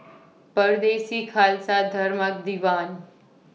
Pardesi Khalsa Dharmak Diwan